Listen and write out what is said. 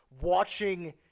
watching